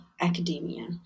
academia